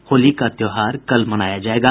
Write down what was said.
होली का त्योहार कल मनाया जायेगा